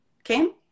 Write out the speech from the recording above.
Okay